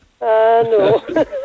no